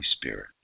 Spirit